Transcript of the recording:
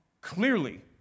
clearly